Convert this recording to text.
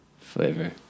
flavor